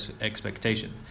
expectation